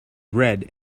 red